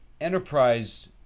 Enterprise